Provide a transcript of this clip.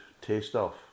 taste-off